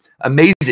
Amazing